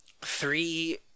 three